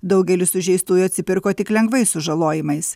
daugelis sužeistųjų atsipirko tik lengvais sužalojimais